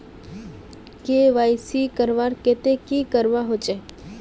KYC करवार केते की करवा होचए?